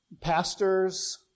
Pastors